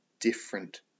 different